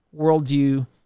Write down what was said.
worldview